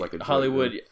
Hollywood